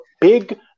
big